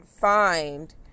find